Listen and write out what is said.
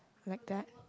like that